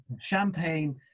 champagne